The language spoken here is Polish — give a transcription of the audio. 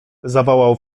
zawołał